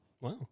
Wow